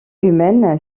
humaine